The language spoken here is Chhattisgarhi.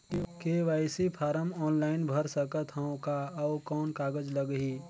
के.वाई.सी फारम ऑनलाइन भर सकत हवं का? अउ कौन कागज लगही?